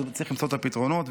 צריך למצוא את הפתרונות,